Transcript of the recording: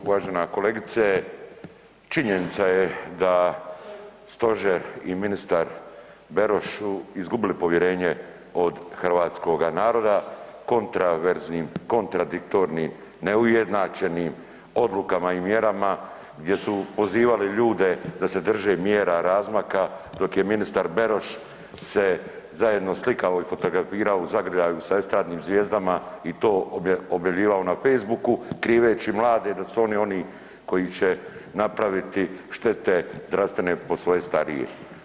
Poštovana kolegice, činjenica je da Stožer i ministar Beroš izgubili povjerenje od Hrvatskoga naroda kontraverznim, kontradiktornim, neujednačenim odlukama i mjerama gdje su pozivali ljude da se drže mjera razmaka dok je ministar Beroš se zajedno slikao i fotografirao u zagrljaju sa estradnim zvijezdama i to objavljivao na Facebooku kriveći mlade da su oni oni koji će napraviti štete zdravstvene po svoje starije.